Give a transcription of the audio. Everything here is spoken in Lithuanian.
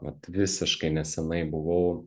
vat visiškai nesenai buvau